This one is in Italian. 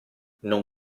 non